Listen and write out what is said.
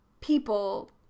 people